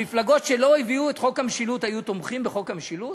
המפלגות שלא הביאו את חוק המשילות היו תומכות בחוק המשילות?